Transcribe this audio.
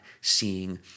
seeing